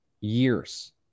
years